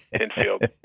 infield